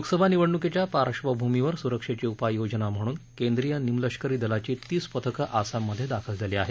लोकसभा निवडणूकीच्या पार्श्वभूमीवर सुरक्षेची उपाययोजना म्हणून केंद्रीय निमलष्करी दलाची तीस पथकं आसाममधे दाखल झाली आहेत